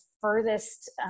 furthest